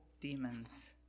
demons